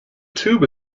tube